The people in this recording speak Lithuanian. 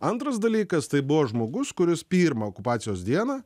antras dalykas tai buvo žmogus kuris pirmą okupacijos dieną